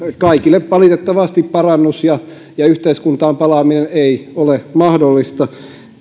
kaikille valitettavasti parannus ja ja yhteiskuntaan palaaminen ei ole mahdollista